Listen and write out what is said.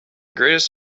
greatest